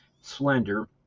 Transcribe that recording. slender